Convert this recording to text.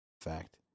Fact